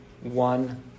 one